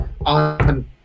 on